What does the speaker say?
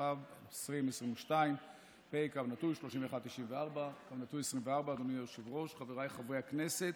התשפ"ב 2022. אדוני היושב-ראש, חבריי חברי הכנסת,